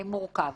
מורכב.